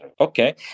okay